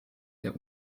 der